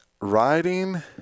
riding